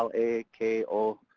ah a. k. o.